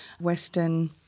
Western